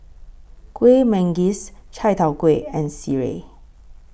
Kuih Manggis Chai Tow Kway and Sireh